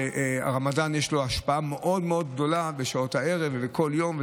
ולרמדאן יש השפעה מאוד מאוד גדולה בשעות הערב ובכל יום,